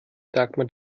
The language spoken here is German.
dagmar